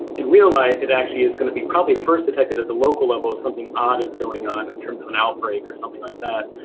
in real life, it actually is going to be probably first detected at the local level something odd is going on in terms of an outbreak, or something like that,